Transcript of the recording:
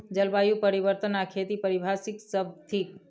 जलवायु परिवर्तन आ खेती पारिभाषिक शब्द थिक